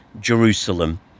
jerusalem